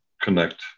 connect